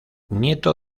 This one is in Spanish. nieto